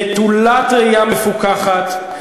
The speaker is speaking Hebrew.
נטולת ראייה מפוכחת,